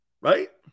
Right